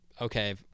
okay